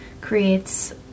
creates